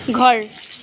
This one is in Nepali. घर